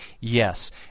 Yes